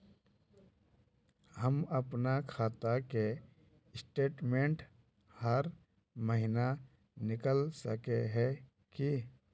हम अपना खाता के स्टेटमेंट हर महीना निकल सके है की?